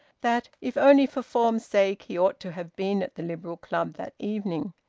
that, if only for form's sake, he ought to have been at the liberal club that evening.